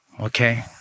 Okay